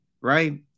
right